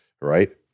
right